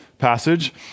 passage